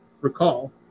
recall